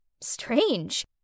Strange